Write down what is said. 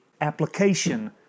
application